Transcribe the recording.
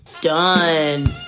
Done